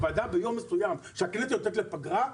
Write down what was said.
הוועדה ביום מסוים שהכנסת יוצאת לפגרה,